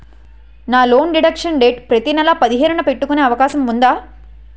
నా loan deduction date ప్రతి నెల పదిహేను న పెట్టుకునే అవకాశం ఉందా?